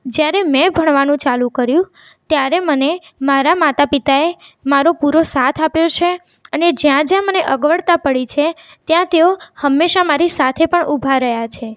જ્યારે મેં ભણવાનું ચાલું કર્યું ત્યારે મને મારા માતા પિતાએ મારો પૂરો સાથ આપ્યો છે અને જ્યાં જ્યાં મને અગવડતા પડી છે ત્યાં તેઓ હંમેશા મારી સાથે પણ ઉભા રહ્યાં છે